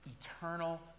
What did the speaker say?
eternal